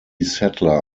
settler